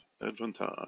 advantage